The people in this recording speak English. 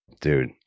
dude